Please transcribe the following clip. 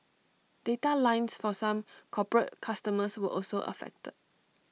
data lines for some corporate customers were also affected